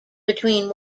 between